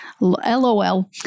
lol